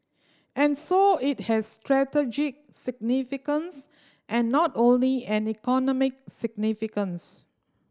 and so it has strategic significance and not only an economic significance